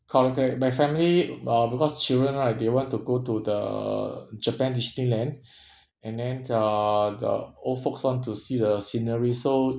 correct correct my family uh because children right they want to go to the japan disneyland and then uh the old folks want to see the scenery so